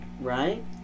right